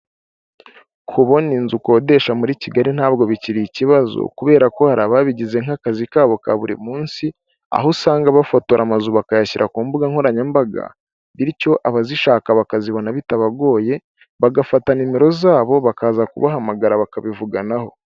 Kubona inzu ukodesha muri Kigali ntabwo bikiri ikibazo kubera ko hari ababigize nk'akazi kabo ka buri munsi, aho usanga bafotora amazu bakayashyira ku mbuga nkoranyambaga, bityo abazishaka bakazibona bitabagoye bagafata nimero zabo bakaza kubahamagara bakabivuganaho.